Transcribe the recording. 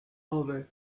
over